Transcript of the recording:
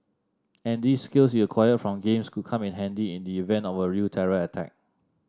and these skills you acquired from games could come in handy in the event of a real terror attack